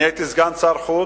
אני הייתי סגן שר חוץ,